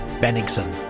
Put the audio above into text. bennigsen,